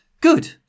Good